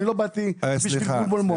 אני לא באתי בשביל בלבול מוח,